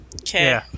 Okay